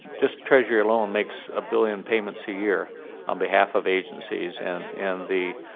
just treasury alone makes a billion payments a year on behalf of agencies, and and the